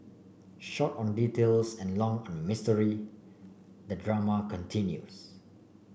short on details and long on mystery the drama continues